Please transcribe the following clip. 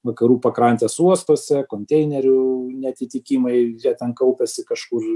vakarų pakrantės uostuose konteinerių neatitikimai jie ten kaupiasi kažkur